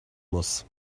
muss